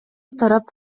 тарап